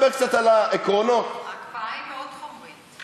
ההקפאה היא מאוד חומרית.